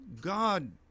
God